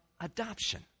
adoption